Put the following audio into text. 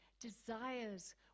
desires